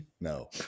No